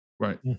Right